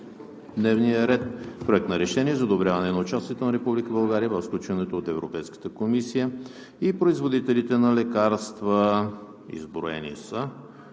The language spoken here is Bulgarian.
дневния ред – Проект на решение за одобряване на участието на Република България в сключените от Европейската комисия и производителите на лекарства – изброени са,